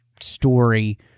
story